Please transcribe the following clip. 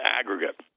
aggregate